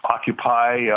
Occupy